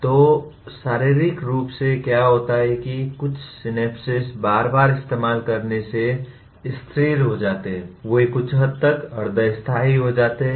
तो शारीरिक रूप से क्या होता है कि कुछ स्य्नाप्सेस बार बार इस्तेमाल करने से स्थिर हो जाते है वे कुछ हद तक अर्ध स्थायी हो जाते हैं